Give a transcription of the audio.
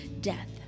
death